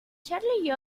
charlie